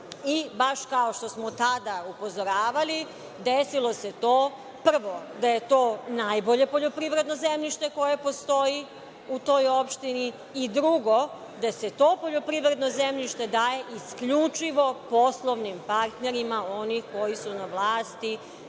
kao što smo tada upozoravali, desilo se to, prvo da je to najbolje poljoprivredno zemljište koje postoji u toj opštini i drugo, da se to poljoprivredno zemljište daje isključivo poslovnim partnerima onih koji su na vlasti,